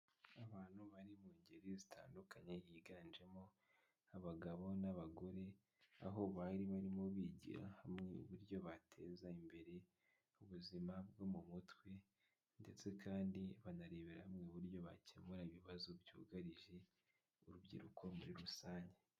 Abantu bari mu ngeri zitandukanye biganjemo abagabo n'abagore, aho bari barimo bigira hamwe uburyo bateza imbere ubuzima bwo mu mutwe, ndetse kandi banarebera hamwe uburyo bakemura ibibazo byugarije urubyiruko muri rusange.